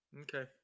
Okay